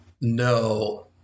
No